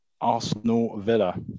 Arsenal-Villa